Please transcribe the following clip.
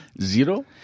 zero